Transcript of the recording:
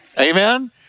amen